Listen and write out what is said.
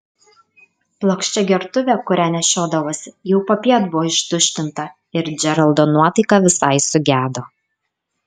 plokščia gertuvė kurią nešiodavosi jau popiet buvo ištuštinta ir džeraldo nuotaika visai sugedo